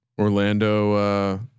Orlando